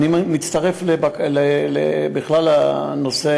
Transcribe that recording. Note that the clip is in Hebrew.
אני מצטרף אליו בנושא